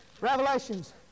revelations